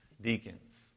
deacons